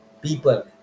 people